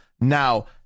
now